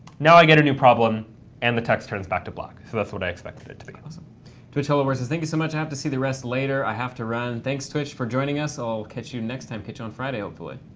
now i get a new problem and the text turns back to black, so that's what i expected it to. colton ogden twitch hello world says, thank you so much. i have to see the rest later. i have to run. thanks, twitch, for joining us. i'll catch you next time. catch you on friday, hopefully.